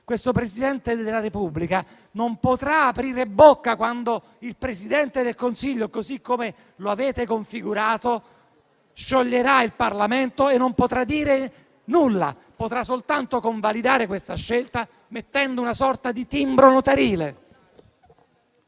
il Presidente della Repubblica non potrà aprire bocca quando il Presidente del Consiglio, così come lo avete configurato, scioglierà il Parlamento; non potrà dire nulla: potrà soltanto convalidare una tale scelta mettendo una sorta di timbro notarile.